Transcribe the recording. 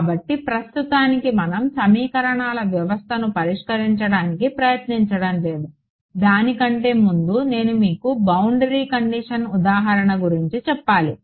కాబట్టి ప్రస్తుతానికి మనం సమీకరణాల వ్యవస్థను పరిష్కరించడానికి ప్రయత్నించడం లేదు దాని కంటే ముందు నేను మీకు బౌండరీ కండిషన్ ఉదాహరణ గురించి చెప్పాలి